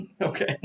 Okay